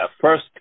first